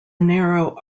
narrow